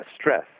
stress